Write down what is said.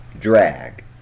drag